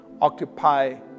occupy